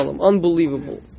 unbelievable